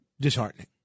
disheartening